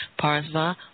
Parsva